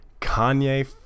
kanye